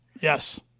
Yes